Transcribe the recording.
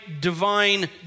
divine